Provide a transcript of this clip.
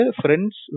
friends